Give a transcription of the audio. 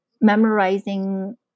memorizing